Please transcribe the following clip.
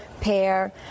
pear